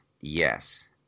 yes